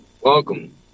Welcome